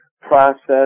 Process